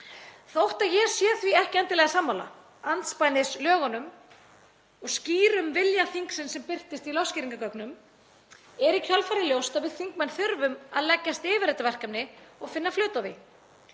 Þótt ég sé því ekki endilega sammála, andspænis lögunum og skýrum vilja þingsins sem birtist í lögskýringargögnum, er í kjölfarið ljóst að við þingmenn þurfum að leggjast yfir þetta verkefni og finna flöt á því.